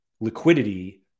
liquidity